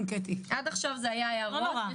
עד עכשיו אלה היו הערות.